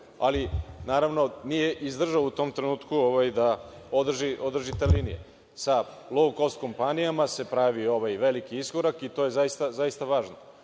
ali nije izdržao u tom trenutku da održi te linije. Sa lou kost kompanijama se pravi ovaj veliki iskorak i to je zaista važno. Ali,